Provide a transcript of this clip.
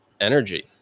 energy